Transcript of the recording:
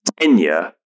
tenure